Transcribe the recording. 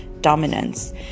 dominance